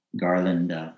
Garland